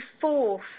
fourth